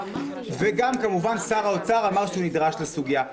וגם כמובן שר האוצר אמר שהוא נדרש לסוגיה.